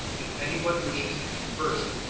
if any one wishes to be first,